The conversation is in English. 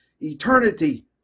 eternity